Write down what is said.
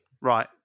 Right